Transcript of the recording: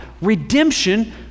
redemption